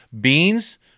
beans